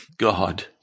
God